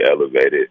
elevated